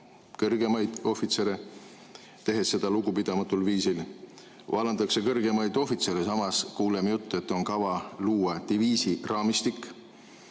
kõrgemaid ohvitsere, tehes seda lugupidamatul viisil. Vallandatakse kõrgemaid ohvitsere, samas kuuleme jutte, et on kava luua diviisi raamistik,